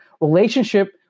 relationship